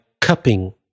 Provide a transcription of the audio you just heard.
cupping